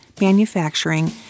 manufacturing